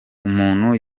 umuntu